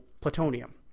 plutonium